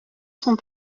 sont